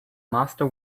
master